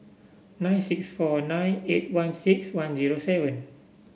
nine six four nine eight one six one zero seven